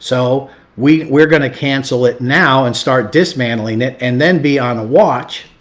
so we were going to cancel it now and start dismantling it, and then be on a watch.